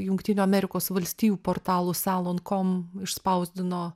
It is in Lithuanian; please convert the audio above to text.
jungtinių amerikos valstijų portalų salon kom išspausdino